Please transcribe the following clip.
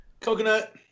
coconut